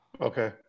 Okay